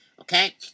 Okay